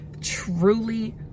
truly